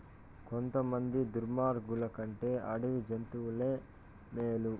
కొంతమంది దుర్మార్గులు కంటే అడవి జంతువులే మేలు